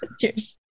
cheers